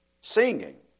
singing